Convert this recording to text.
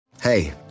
Hey